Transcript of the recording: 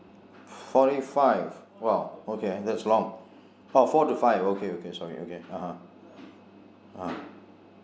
forty five !wow! okay that's long oh four to five okay okay sorry okay uh (huh)